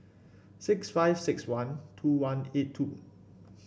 six five six one two one eight two